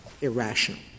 irrational